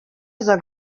aza